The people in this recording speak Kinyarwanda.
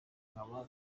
nkaba